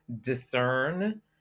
discern